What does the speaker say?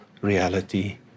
reality